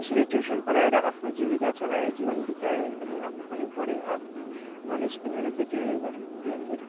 त्यसरी ट्युसन पढ़ाएर आफ्नो जीविका चलाएँ जीवन बिताएँ अनि आफू पनि पढेँ आफ्नो नलेज पनि अलिकति उयो गरेँ गेन गरेँ